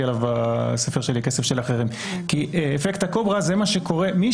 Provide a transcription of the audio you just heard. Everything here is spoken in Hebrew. עליו בספר שלי "כסף של שאחרים" כי אפקט הקוברה מי